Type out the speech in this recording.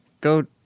go